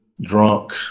drunk